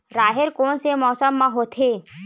राहेर कोन से मौसम म होथे?